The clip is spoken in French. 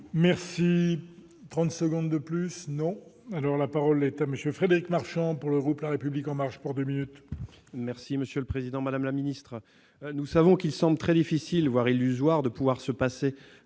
merci, 30 secondes de plus non, alors la parole est à monsieur Frédéric Marchand pour le groupe, la République en marche pour 2 minutes. Merci Monsieur le Président, Madame la ministre, nous savons qu'ils sont très difficile, voire illusoire de pouvoir se passer